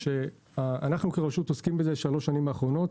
אנחנו כרשות עוסקים בזה שלוש השנים האחרונות.